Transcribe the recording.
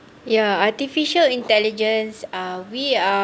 ya artificial intelligence are we are